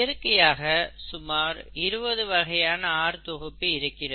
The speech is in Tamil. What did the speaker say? இயற்கையில் சுமார் 20 வகையான R தொகுப்பு இருக்கிறது